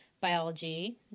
biology